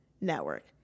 network